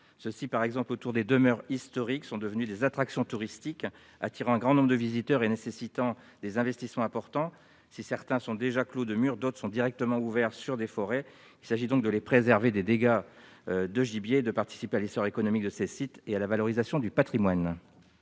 Ceux-ci, par exemple autour des demeures historiques, sont devenus des attractions touristiques attirant un grand nombre de visiteurs et nécessitant des investissements importants. Si certains jardins sont déjà clos de murs, d'autres sont directement ouverts sur des forêts. Il s'agit donc de les préserver des dégâts de gibier, mais aussi de participer à l'essor économique de ces sites et à la valorisation du patrimoine.